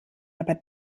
aber